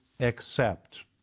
accept